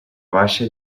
baixa